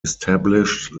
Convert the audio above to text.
established